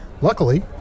Luckily